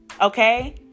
Okay